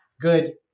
good